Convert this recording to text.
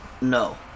No